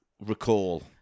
recall